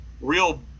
real